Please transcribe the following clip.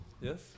Yes